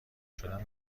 شدن